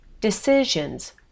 decisions